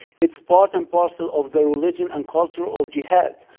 its part and parcel of the religion and culture of jihad,